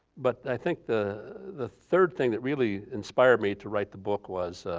but i think the the third thing that really inspired me to write the book was